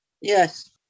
Yes